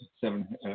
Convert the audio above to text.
Seven